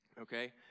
Okay